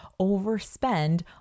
overspend